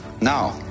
Now